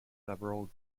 several